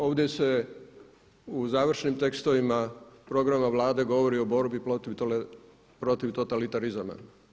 Ovdje se u završnim tekstovima programa Vlade govori o borbi protiv totalitarizama.